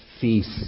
feast